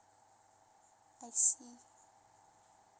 I see